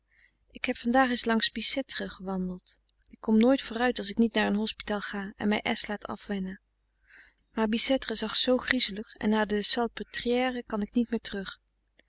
ik heb vandaag eens langs bicêtre gewandeld ik kom nooit vooruit als ik niet naar een hospitaal ga en mij s laat afwennen maar bicêtre zag zoo griezelig en naar de salpetrière kan ik niet meer terug